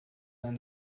ein